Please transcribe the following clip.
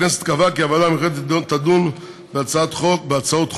הכנסת קבעה כי הוועדה המיוחדת תדון בהצעות חוק,